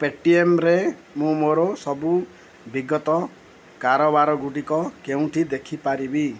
ପେଟିଏମରେ ମୁଁ ମୋର ସବୁ ବିଗତ କାରବାରଗୁଡ଼ିକ କେଉଁଠି ଦେଖିପାରିବି